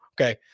Okay